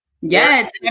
Yes